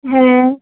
হ্যাঁ